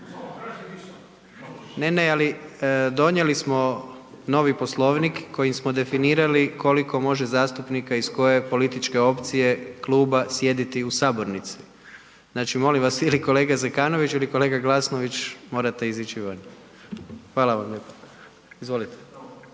Ne, ne, ali donijeli smo novi Poslovnik kojim smo definirali koliko može zastupnika iz koje političke opcije, kluba sjediti u sabornici. Znači molim vas, ili kolega Zekanović ili kolega Glasnović, morate izići van. Hvala vam lijepo. Izvolite.